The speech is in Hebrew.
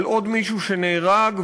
על עוד מישהו שנהרג,